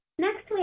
next, like